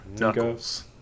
knuckles